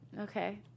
Okay